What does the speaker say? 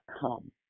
come